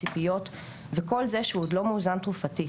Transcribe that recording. ציפיות וכל זה שהוא עוד לא מאוזן תרופתית,